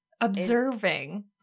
Observing